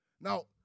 Now